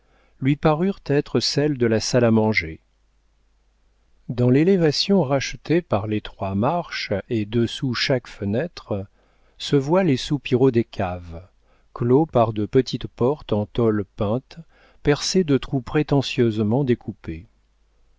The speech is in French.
lui parurent être celles de la salle à manger dans l'élévation rachetée par les trois marches et dessous chaque fenêtre se voient les soupiraux des caves clos par de petites portes en tôle peinte percées de trous prétentieusement découpés